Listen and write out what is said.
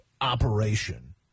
operation